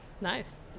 nice